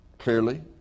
Clearly